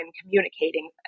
communicating